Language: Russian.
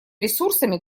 ресурсами